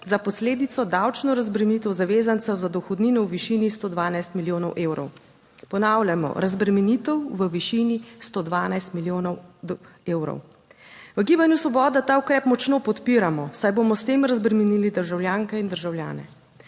za posledico davčno razbremenitev zavezancev za dohodnino v višini 112 milijonov evrov - ponavljamo, razbremenitev v višini 112 milijonov evrov. V Gibanju Svoboda ta ukrep močno podpiramo, saj bomo s tem razbremenili državljanke in državljane.